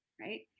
right